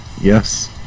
Yes